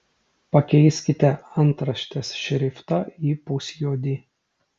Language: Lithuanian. pakeiskite antraštės šriftą į pusjuodį